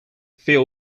phil